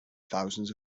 thousands